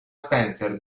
spencer